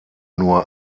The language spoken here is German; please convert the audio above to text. nur